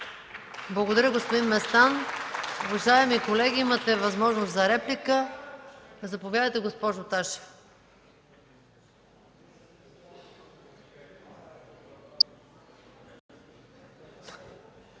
Благодаря, господин Местан. Уважаеми колеги, имате възможност за реплика. Заповядайте, госпожо Ташева.